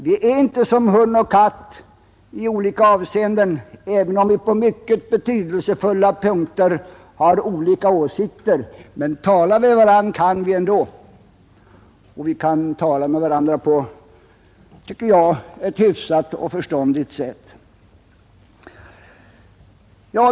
Vi är inte som hund och katt även om vi på mycket betydelsefulla punkter har olika åsikter — tala med varandra kan vi ändå, och vi kan göra det på ett hyfsat och förståndigt sätt.